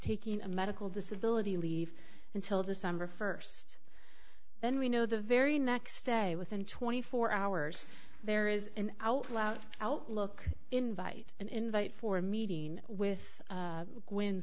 taking a medical disability leave until december first then we know the very next day within twenty four hours there is an out loud outlook invite an invite for a meeting with when